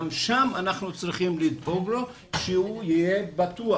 גם שם אנחנו צריכים לדאוג לו שהוא יהיה בטוח.